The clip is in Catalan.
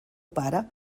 pare